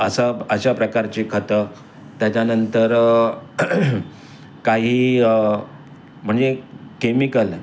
असं अशा प्रकारची खतं त्याच्यानंतर काही म्हणजे केमिकल